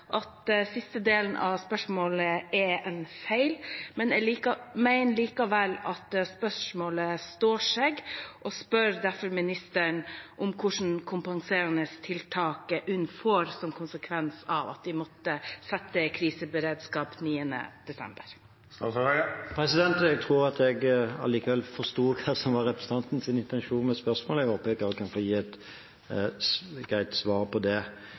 at siste del av spørsmålet er en feil, men jeg mener likevel at spørsmålet står seg, og spør derfor ministeren om hvilke kompenserende tiltak UNN får som konsekvens av at de måtte sette kriseberedskap 9. desember. Jeg tror jeg forsto hva som var representantens intensjon med spørsmålet, og jeg håper jeg kan gi et greit svar på det.